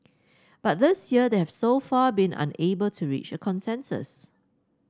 but this year they have so far been unable to reach a consensus